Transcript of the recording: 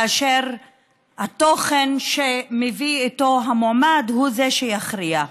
כאשר התוכן שמביא איתו המועמד הוא שיכריע.